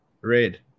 red